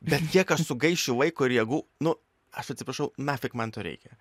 bet kiek aš sugaišiu laiko ir jėgų nu aš atsiprašau nafig man to reikia